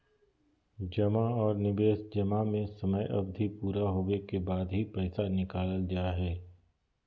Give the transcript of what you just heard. जमा आर निवेश जमा में समय अवधि पूरा होबे के बाद ही पैसा निकालल जा हय